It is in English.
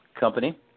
company